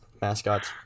mascots